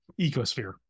ecosphere